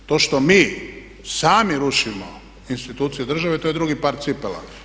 To što mi sami rušimo institucije države to je drugi par cipela.